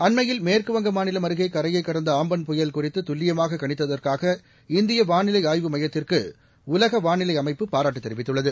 அண்மையில் மேற்குவங்க மாநிலம் அருகே கரையை கடந்த ஆம்பன் புயல் குறித்து துல்லியமாக கணித்தற்காக இந்திய வானிலை ஆய்வு மையத்திற்கு உலக வானிலை அமைப்பு பாராட்டு தெரிவித்துள்ளது